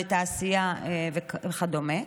בתעשייה וכדומה,